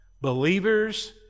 Believers